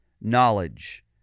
knowledge